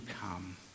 come